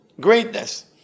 greatness